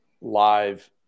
live